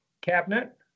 cabinet